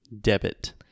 Debit